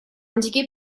indiquée